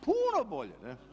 Puno bolje.